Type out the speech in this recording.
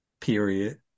period